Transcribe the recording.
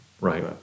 Right